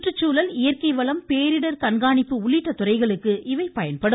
சுற்றுச்சூழல் இயற்கை வளம் பேரிடர் கண்காணிப்பு உள்ளிட்ட துறைகளுக்கு இவை பயன்படும்